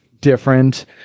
different